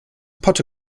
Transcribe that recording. potte